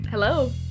hello